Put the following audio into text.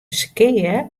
skea